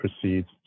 proceeds